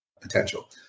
potential